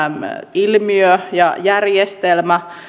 ilmiö ja järjestelmä